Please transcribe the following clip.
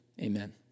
Amen